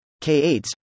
K8's